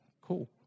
cool